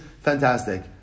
fantastic